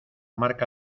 marca